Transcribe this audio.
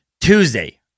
Tuesday